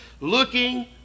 looking